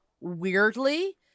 weirdly